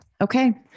Okay